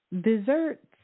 desserts